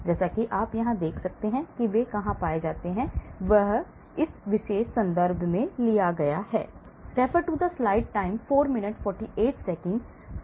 जैसा कि आप यहां देख सकते हैं कि वे कहां पाए जाते हैं यह इस विशेष संदर्भ से लिया गया है